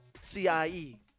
C-I-E